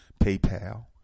PayPal